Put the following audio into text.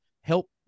help